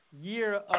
year